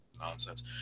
nonsense